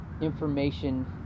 Information